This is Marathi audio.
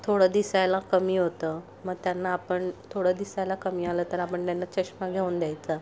थोडं दिसायला कमी होतं मग त्यांना आपण थोडं दिसायला कमी आलं तर आपण त्यांना चष्मा घेऊन द्यायचा